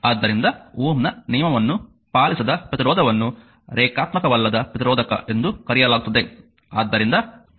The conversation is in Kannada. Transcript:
ಆದ್ದರಿಂದ Ω ನ ನಿಯಮವನ್ನು ಪಾಲಿಸದ ಪ್ರತಿರೋಧವನ್ನು ರೇಖಾತ್ಮಕವಲ್ಲದ ಪ್ರತಿರೋಧಕ ಎಂದು ಕರೆಯಲಾಗುತ್ತದೆ